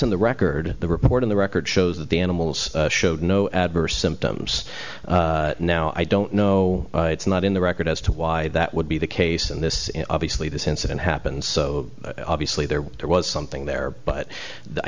in the record the report in the record shows that the animals showed no adverse symptoms now i don't know it's not in the record as to why that would be the case and this obviously this incident happened so obviously there was something there but i